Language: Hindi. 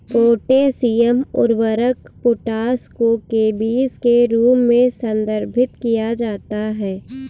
पोटेशियम उर्वरक पोटाश को केबीस के रूप में संदर्भित किया जाता है